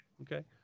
Okay